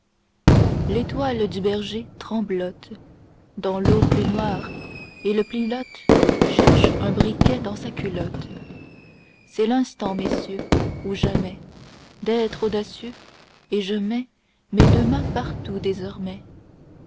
l'étoile du berger tremblote dans l'eau plus noire et le pilote cherche un briquet dans sa culotte c'est l'instant messieurs ou jamais d'être audacieux et je mets mes deux mains partout désormais